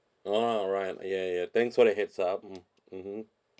ah alright ya ya thank for the heads up mm mmhmm